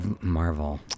Marvel